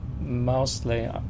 mostly